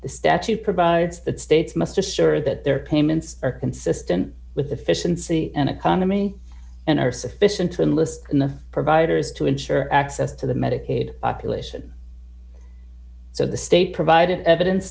the statute provides that states must assure that their payments are consistent with the fish and sea and economy and are sufficient to enlist in the providers to ensure access to the medicaid population so the state provided evidence